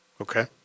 Okay